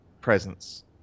presence